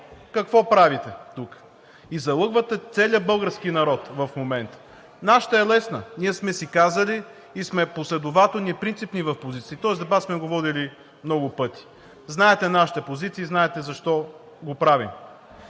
какво правите тук и залъгвате целия български народ в момента. Нашата е лесна – ние сме си казали, и сме последователни и принципни в позицията си. Този дебат сме го водили много пъти. Знаете нашите позиции, знаете защо го правим.